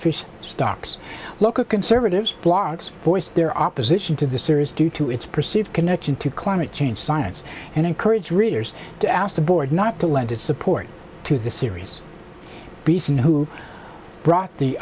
fish stocks local conservatives blogs voice their opposition to the series due to its perceived connection to climate change science and encourage readers to ask the board not to lend its support to the series beeston who brought the